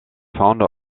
founder